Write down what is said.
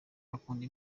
akunda